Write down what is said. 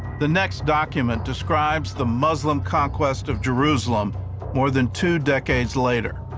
the next document describes the muslim conquest of jerusalem more than two decades later.